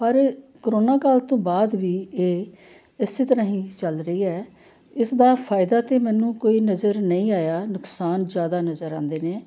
ਪਰ ਕਰੋਨਾ ਕਾਲ ਤੋਂ ਬਾਅਦ ਵੀ ਇਹ ਇਸੇ ਤਰ੍ਹਾਂ ਹੀ ਚੱਲ ਰਹੀ ਹੈ ਇਸ ਦਾ ਫਾਇਦਾ ਤਾਂ ਮੈਨੂੰ ਕੋਈ ਨਜ਼ਰ ਨਹੀਂ ਆਇਆ ਨੁਕਸਾਨ ਜ਼ਿਆਦਾ ਨਜ਼ਰ ਆਉਂਦੇ ਨੇ